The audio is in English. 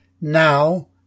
now